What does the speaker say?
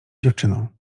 dziewczyną